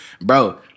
bro